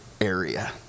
area